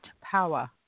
power